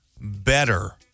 better